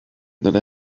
that